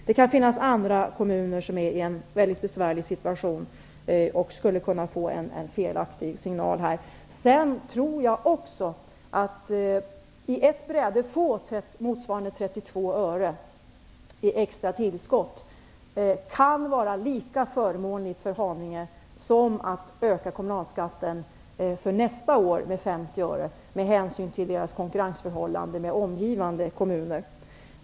Det kan också finnas andra kommuner som befinner sig i en väldigt besvärlig situation och som på detta sätt skulle kunna få en felaktig signal. Jag tror också att det, med hänsyn till Haninges konkurrensförhållande till omgivande kommuner, kan vara lika förmånligt för kommunen att på ett bräde få motsvarande 32 öre i extra tillskott som att öka kommunalskatten för nästa år med 50 öre.